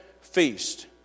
feast